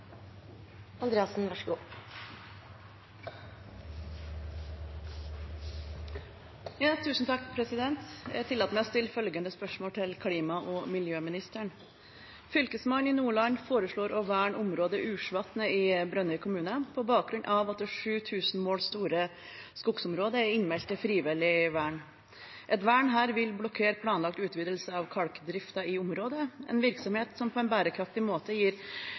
miljøministeren: «Fylkesmannen i Nordland foreslår å verne området Ursvatnet i Brønnøy kommune på bakgrunn av at det 7 000 mål store skogsområdet er innmeldt til frivillig vern. Et vern vil blokkere en planlagt utvidelse av kalkutvinningsvirksomheten i området, en virksomhet som på en bærekraftig måte gir